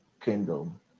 kingdom